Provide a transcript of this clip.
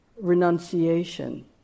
renunciation